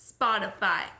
Spotify